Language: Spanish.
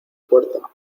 puerta